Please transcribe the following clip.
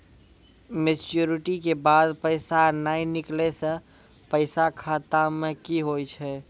Maturity के बाद पैसा नए निकले से पैसा खाता मे की होव हाय?